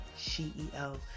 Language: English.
CEO